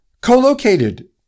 co-located